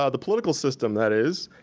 ah the political system, that is,